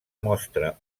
mostra